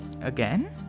again